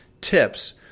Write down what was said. tips